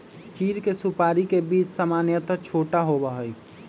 चीड़ के सुपाड़ी के बीज सामन्यतः छोटा होबा हई